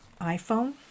iPhone